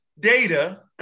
data